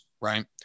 Right